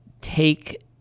take